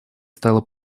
стала